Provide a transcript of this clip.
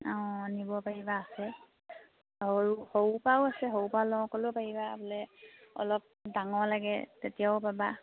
অঁ নিব পাৰিবা আছে সৰু সৰু পৰাও আছে সৰু পৰা লওঁ ক'লেও পাৰিবা বোলে অলপ ডাঙৰ লাগে তেতিয়াও পাবা